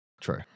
true